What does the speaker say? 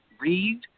read